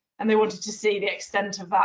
and they wanted to see the extent of that.